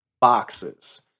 boxes